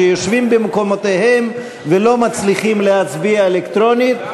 שיושבים במקומותיהם ולא מצליחים להצביע אלקטרונית,